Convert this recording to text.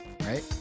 Right